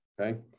okay